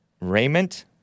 raiment